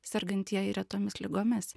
sergantieji retomis ligomis